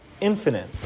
infinite